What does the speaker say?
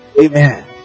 Amen